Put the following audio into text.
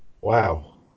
Wow